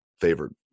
favorite